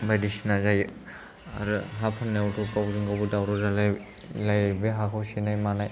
बायदिसिना जायो आरो हा फाननायावथ' गावजोंगावबो दावराव जालायो बे हाखौ सेनाय मानाय